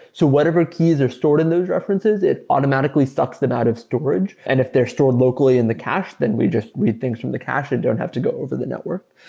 so whatever keys are stored in those references, it automatically sucks the amount of storage. and if they're stored locally in the cache, then we just read things from the cache and don't have to go over the network.